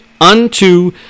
unto